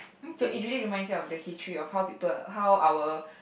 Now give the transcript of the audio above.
so it really reminds me of the history of how people how our